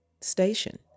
station